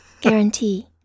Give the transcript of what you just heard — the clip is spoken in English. Guarantee